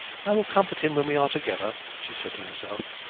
i will comfort him when we are together, she said to herself.